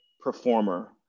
performer